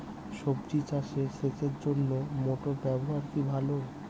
সবজি চাষে সেচের জন্য মোটর ব্যবহার কি ভালো?